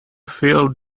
feel